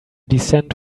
descent